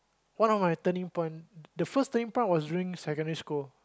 one of my turning point the first turning point was during secondary school